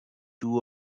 two